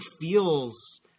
feels